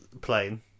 Plane